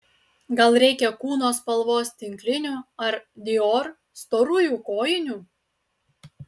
gal reikia kūno spalvos tinklinių ar dior storųjų kojinių